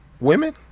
Women